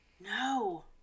No